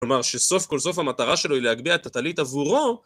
כלומר שסוף כל סוף המטרה שלו היא להגביה את הטלית עבורו